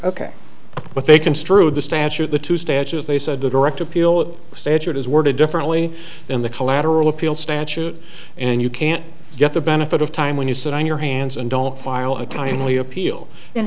ok but they construed the statute the two statues they said the direct appeal statute is worded differently than the collateral appeal statute and you can't get the benefit of time when you sit on your hands and don't file a timely appeal